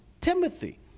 Timothy